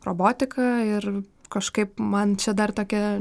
robotiką ir kažkaip man čia dar tokia